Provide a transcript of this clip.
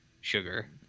sugar